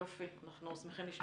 יופי, אנחנו שמחים לשמוע.